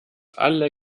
alle